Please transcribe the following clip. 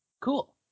Cool